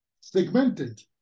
Segmented